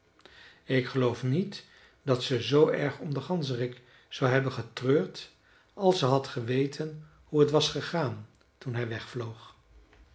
ik geloof niet dat ze zoo erg om den ganzerik zou hebben getreurd als ze had geweten hoe het was gegaan toen hij wegvloog